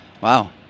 wow